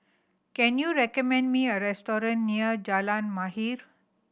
can you recommend me a restaurant near Jalan Mahir